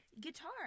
Guitar